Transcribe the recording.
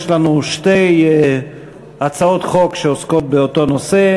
יש לנו שתי הצעות חוק שעוסקות באותו נושא,